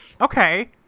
Okay